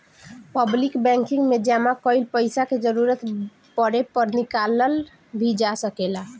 public banking में जामा कईल पइसा के जरूरत पड़े पर निकालल भी जा सकेला